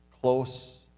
close